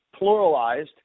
pluralized